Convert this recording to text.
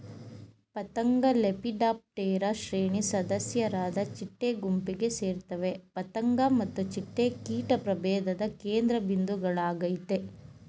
ಪತಂಗಲೆಪಿಡಾಪ್ಟೆರಾ ಶ್ರೇಣಿ ಸದಸ್ಯರಾದ ಚಿಟ್ಟೆ ಗುಂಪಿಗೆ ಸೇರ್ತವೆ ಪತಂಗ ಮತ್ತು ಚಿಟ್ಟೆ ಕೀಟ ಪ್ರಭೇಧದ ಕೇಂದ್ರಬಿಂದುಗಳಾಗಯ್ತೆ